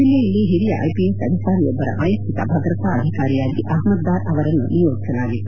ಜಿಲ್ಲೆಯಲ್ಲಿ ಓರಿಯ ಐಪಿಎಸ್ ಅಧಿಕಾರಿಯೊಬ್ಬರ ವೈಯಕ್ತಿಕ ಭದ್ರತಾ ಅಧಿಕಾರಿಯಾಗಿ ಅಪ್ಮದ್ ದಾರ್ ಅವರನ್ನು ನಿಯೋಜಿಸಲಾಗಿತ್ತು